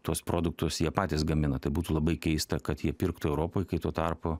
tuos produktus jie patys gamina tai būtų labai keista kad jie pirktų europoj kai tuo tarpu